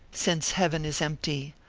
since heaven is empty!